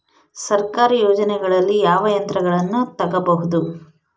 ಸರ್ಕಾರಿ ಯೋಜನೆಗಳಲ್ಲಿ ಯಾವ ಯಂತ್ರಗಳನ್ನ ತಗಬಹುದು?